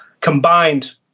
combined